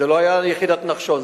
זו לא היתה יחידת נחשון,